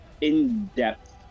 in-depth